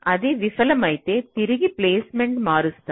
అది విఫలమైతే తిరిగి ప్లేస్మెంట్ మారుస్తారు